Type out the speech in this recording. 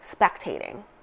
spectating